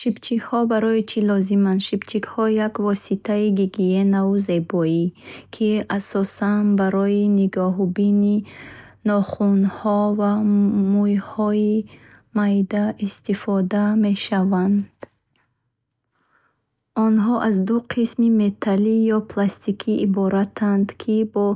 Щипчикҳо барои чӣ лозиманд? Щипчикҳо як воситаи гигиениву зебоии хурданд, ки асосан барои нигоҳубини нохунҳо ва мӯйҳои майда истифода мешаванд. Онҳо аз ду қисми металлӣ ё пластикӣ иборатанд, ки бо